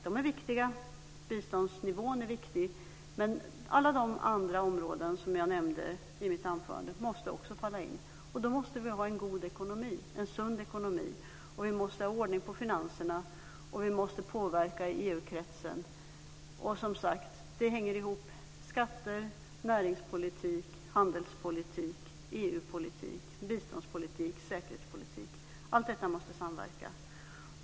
De är viktiga - biståndsnivån är viktig - men alla de andra områden som jag nämnde i mitt anförande måste också falla in, och då måste vi ha en god ekonomi och en sund ekonomi, vi måste ha ordning på finanserna och vi måste påverka i EU-kretsen. Och som sagt: Det hänger ihop: skatter, näringspolitik, handelspolitik, EU-politik, biståndspolitik och säkerhetspolitik. Allt detta måste samverka.